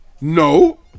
No